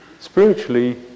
spiritually